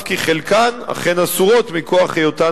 אף כי חלקן אכן אסורות מכוח היותן